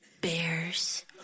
Bears